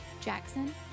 Jackson